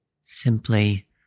simply